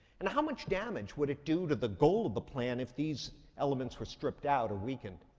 and how much damage would it do to the goal of the plan if these elements were stripped out or weakened?